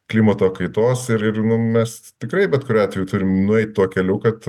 klimato kaitos ir ir nu mes tikrai bet kuriuo atveju turim nueit tuo keliu kad